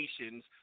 nations